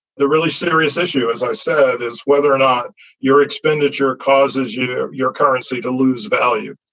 the really serious issue, as i said, is whether or not your expenditure causes you your currency to lose value.